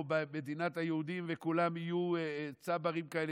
במדינת היהודים וכולם יהיו צברים כאלה,